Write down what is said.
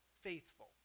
faithful